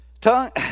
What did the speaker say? Tongue